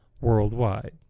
worldwide